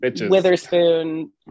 Witherspoon